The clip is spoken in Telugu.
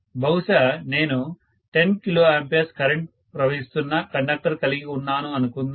బహుశా నేను 10kA కరెంటు ప్రవహిస్తున్న కండక్టర్ కలిగి ఉన్నాను అనుకుందాం